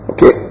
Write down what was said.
Okay